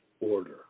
order